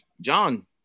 John